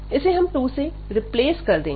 इसे हम 2 से रिप्लेस कर देंगे